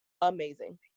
amazing